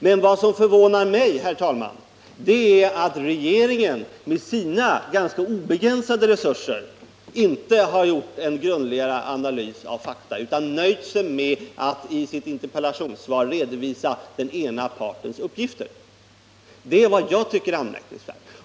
Men vad som förvånar mig, herr talman, är att regeringen med sina ganska obegränsade resurser inte gjort en grundligare analys av fakta utan nöjt sig med att i interpellationssvaret redovisa den ena partens uppgifter. Det är vad jag tycker är anmärkningsvärt.